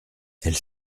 elle